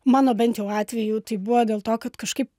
mano bent jau atveju tai buvo dėl to kad kažkaip